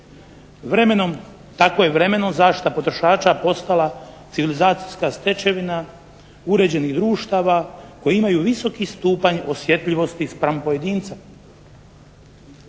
vremenom tako je i vremenom zaštita potrošača postala civilizacijska stečevina uređenih društava koji imaju visoki stupanj osjetljivosti spram pojedinca.